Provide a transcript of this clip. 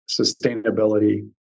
sustainability